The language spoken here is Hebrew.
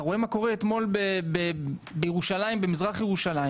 אתה רואה מה קרה אתמול במזרח ירושלים.